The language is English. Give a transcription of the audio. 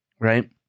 right